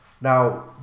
Now